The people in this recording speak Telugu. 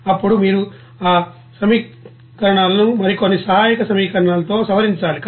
అప్పుడు మీరు ఆ సమీకరణాలను మరికొన్ని సహాయక సమీకరణాలతో సవరించాలి